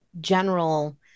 general